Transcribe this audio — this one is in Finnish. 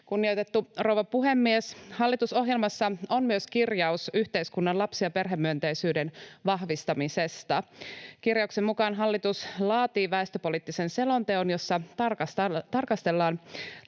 Kunnioitettu rouva puhemies! Hallitusohjelmassa on myös kirjaus yhteiskunnan lapsi- ja perhemyönteisyyden vahvistamisesta. Kirjauksen mukaan hallitus laatii väestöpoliittisen selonteon, jossa tarkastellaan